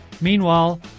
Meanwhile